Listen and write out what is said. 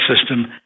system